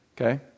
okay